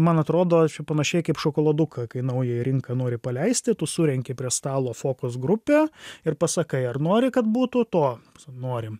man atrodo čia panašiai kaip šokoladuką kai naują į rinką nori paleisti tu surenki prie stalo fokus grupę ir pasakai ar nori kad būtų to norim